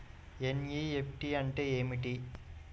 NEFT అంటే ఏమిటి?